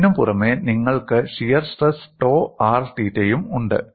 ഇതിനുപുറമെ നിങ്ങൾക്ക് shear stress ടോ r തീറ്റയും ഉണ്ട്